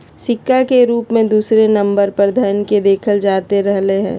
सिक्का के रूप मे दूसरे नम्बर पर धन के देखल जाते रहलय हें